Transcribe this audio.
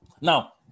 now